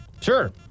sure